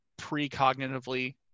precognitively